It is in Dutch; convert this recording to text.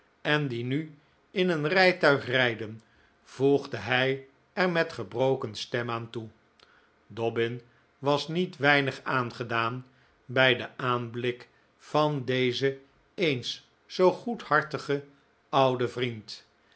en die nu in een rijtuig rijden voegde hij er met gebroken stem aan toe dobbin was niet weinig aangedaan bij den aanblik van dezen eens zoo goedhartigen ouden vriend